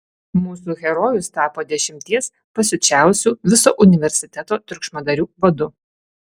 mūsų herojus tapo dešimties pasiučiausių viso universiteto triukšmadarių vadu